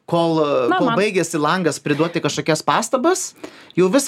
kol baigiasi langas priduoti kažkokias pastabas jau viskas laivas nuplaukė